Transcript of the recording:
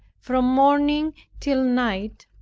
from morning till night,